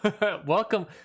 welcome